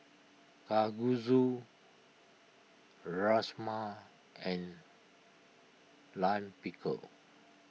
Kalguksu Rajma and Lime Pickle